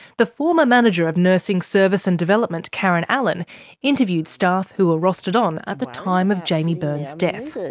the former manager of nursing service and development karen allen interviewed staff who were rostered on at the time of jaimie byrne's death.